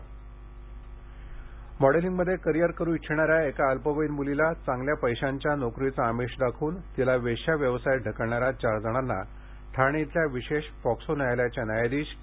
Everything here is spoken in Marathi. अल्पवयीन अत्याचार शिक्षा मॉडेलिंगमध्ये करिअर करू इच्छिणाऱ्या एका अल्पवयीन मूलीला चांगल्या पैशांच्या नोकरीचे अमिष दाखवून तिला वेश्याव्यवसायात ढकलणाऱ्या चार जणांना ठाणे इथल्या विशेष पॉक्सो न्यायालयाच्या न्यायाधीश के